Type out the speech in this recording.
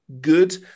Good